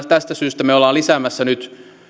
tästä syystä me olemme lisäämässä nyt